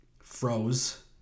froze